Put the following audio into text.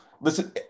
listen